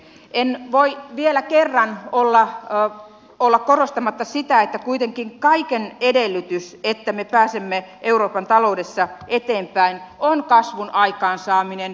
en voi vielä kerran olla korostamatta sitä että kuitenkin kaiken edellytys sen että me pääsemme euroopan taloudessa eteenpäin on kasvun aikaansaaminen